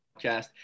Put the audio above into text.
Podcast